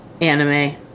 anime